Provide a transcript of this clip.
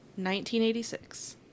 1986